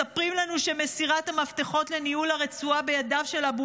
מספרים לנו שמסירת המפתחות לניהול הרצועה בידיו של אבו